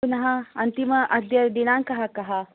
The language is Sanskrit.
पुनः अन्तिमः अद्य दिनाङ्कः कः